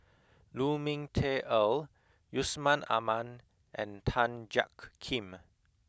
Lu Ming Teh Earl Yusman Aman and Tan Jiak Kim